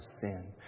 sin